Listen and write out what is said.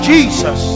Jesus